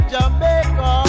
Jamaica